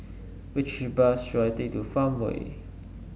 which bus should I take to Farmway